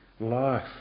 life